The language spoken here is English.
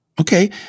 Okay